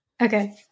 okay